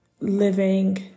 living